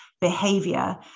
behavior